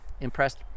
impressed